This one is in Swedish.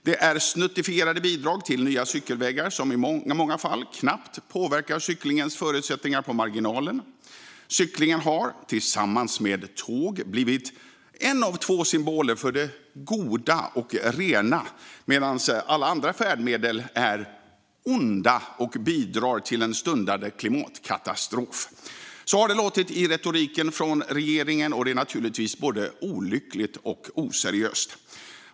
Det är snuttifierade bidrag till nya cykelvägar som i många fall knappt påverkar cyklingens förutsättningar på marginalen. Cyklingen har, tillsammans med tåg, blivit en av två symboler för det goda och rena, medan alla andra färdmedel är onda och bidrar till en stundande klimatkatastrof. Så har det låtit i retoriken från regeringen, och det är naturligtvis både olyckligt och oseriöst.